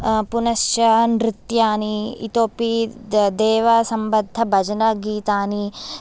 पुनश्च नृत्यानि इतोऽपि द् देवसम्बद्धभजनगीतानि